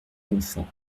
l’enfant